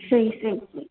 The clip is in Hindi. सही सही सही